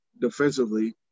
defensively